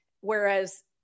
Whereas